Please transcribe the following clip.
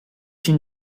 une